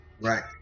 Right